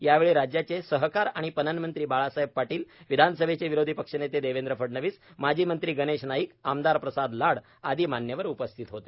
यावेळी राज्याचे सहकार आणि पणन मंत्री बाळासाहेब पाटील विधानसभेचे विरोधी पक्षनेते देवेंद्र फडणवीस माजी मंत्री गणेश नाईक आमदार प्रसाद लाड आदी मान्यवर उपस्थित होते